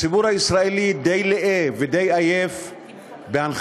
הציבור הישראלי די לאה ודי עייף מהנחתות,